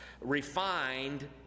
refined